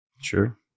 Sure